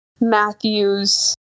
Matthews